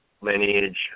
lineage